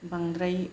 बांद्राय